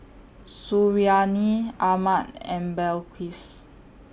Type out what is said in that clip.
Suriani Ahmad and Balqis